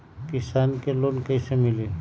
किसान के लोन कैसे मिली?